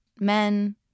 men